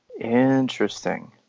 Interesting